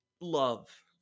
love